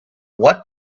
what